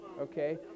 okay